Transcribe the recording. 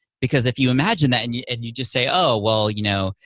because if you imagine that and you and you just say, oh, well, you know,